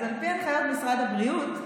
אז על פי הנחיות משרד הבריאות,